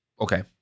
okay